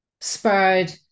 spurred